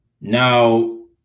Now